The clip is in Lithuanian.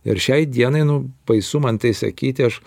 ir šiai dienai nu baisu man tai sakyti aš